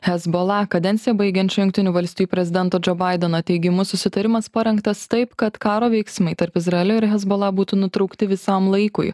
hezbola kadenciją baigiančio jungtinių valstijų prezidento džo baideno teigimu susitarimas parengtas taip kad karo veiksmai tarp izraelio ir hezbola būtų nutraukti visam laikui